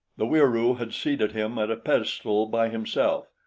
the wieroo had seated him at a pedestal by himself,